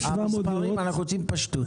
אנחנו רוצים פשטות.